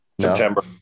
September